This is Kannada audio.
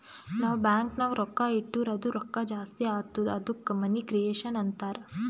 ನಾವ್ ಬ್ಯಾಂಕ್ ನಾಗ್ ರೊಕ್ಕಾ ಇಟ್ಟುರ್ ಅದು ರೊಕ್ಕಾ ಜಾಸ್ತಿ ಆತ್ತುದ ಅದ್ದುಕ ಮನಿ ಕ್ರಿಯೇಷನ್ ಅಂತಾರ್